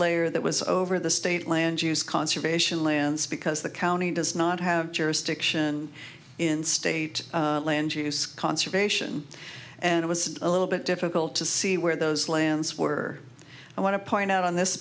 layer that was over the state land use conservation lands because the county does not have jurisdiction in state land use conservation and it was a little bit difficult to see where those lands were i want to point out on this